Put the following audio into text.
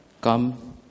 Come